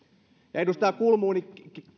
edustaja kulmuni